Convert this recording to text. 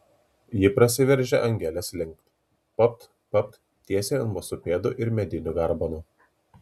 ji prasiveržia angelės link papt papt tiesiai ant basų pėdų ir medinių garbanų